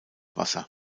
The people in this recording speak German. wasser